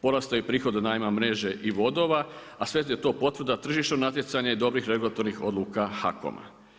Porastao je i prihod od najma mreže i vodova a sve je to potvrda tržišnog natjecanja i dobrih regulatornih odluka HAKOM-a.